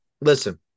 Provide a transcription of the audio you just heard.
listen